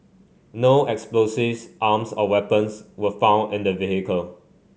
no explosives arms or weapons were found in the vehicle